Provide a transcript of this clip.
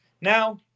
now